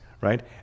right